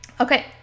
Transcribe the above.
Okay